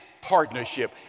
partnership